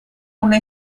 una